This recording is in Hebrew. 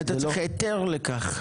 ואתה צריך היתר לכך.